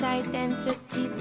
identity